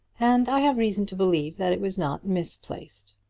and i have reason to believe that it was not misplaced.